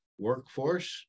workforce